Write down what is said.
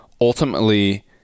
ultimately